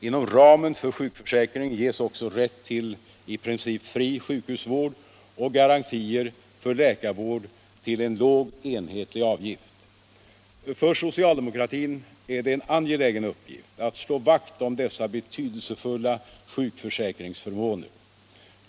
Inom ramen för sjukförsäkringen ges också rätt till i princip fri sjukhusvård och garantier för läkarvård till en låg enhetlig avgift. För socialdemokratin är det en angelägen uppgift att slå vakt om dessa betydelsefulla sjukförsäkringsförmåner.